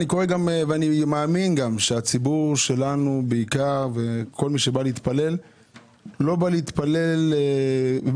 ואני מאמין שהציבור שלנו בעיקר וכל מי שבא להתפלל לא בא לריב,